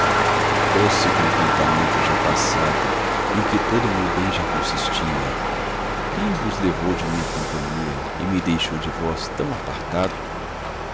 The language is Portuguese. doce contentamento já passado em que todo meu bem já consistia quem vos levou de minha companhia e me deixou de vós tão apartado